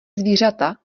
zvířata